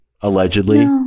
allegedly